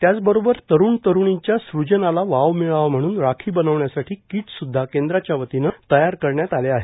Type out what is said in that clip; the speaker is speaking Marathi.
त्याच बरोबर तरुण तरुणीच्या स्जनाला वाव मिळावा म्हणून राखी बनवण्यासाठी किट सुदधा केंद्राच्या वतीने तयार करण्यात आल्या आहेत